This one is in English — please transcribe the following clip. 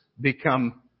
become